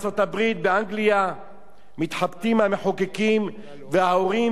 מתחבטים המחוקקים וההורים בחיפוש דרכים להגנה על קטינים